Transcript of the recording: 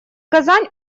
казань